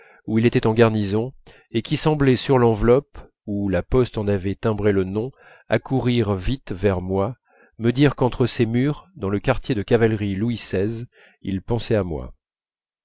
où il était en garnison et qui semblait sur l'enveloppe où la poste en avait timbré le nom accourir vite vers moi me dire qu'entre ses murs dans le quartier de cavalerie louis xvi il pensait à moi